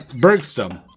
Bergstrom